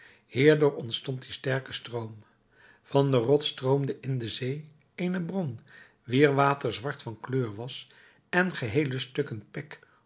hierdoor ontstond die sterke stroom van de rots stroomde in de zee eene bron wier water zwart van kleur was en geheele stukken pek